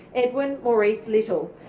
edwin maurice little,